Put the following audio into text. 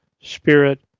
Spirit